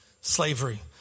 slavery